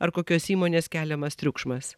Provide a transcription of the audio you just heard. ar kokios įmonės keliamas triukšmas